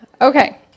Okay